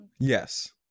Yes